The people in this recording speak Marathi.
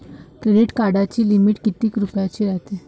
क्रेडिट कार्डाची लिमिट कितीक रुपयाची रायते?